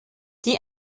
die